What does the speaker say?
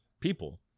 people